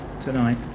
tonight